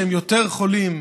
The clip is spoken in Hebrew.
שהם יותר חולים,